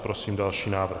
Prosím další návrh.